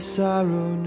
sorrow